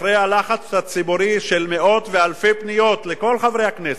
אחרי הלחץ הציבורי של מאות ואלפי פניות לכל חברי הכנסת,